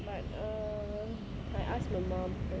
but uh I ask my mum first